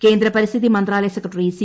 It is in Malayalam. കേന്ദ്ര പരിസ്ഥിതി മന്ത്രാലയ സെക്രട്ടറി സി